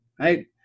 right